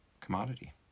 commodity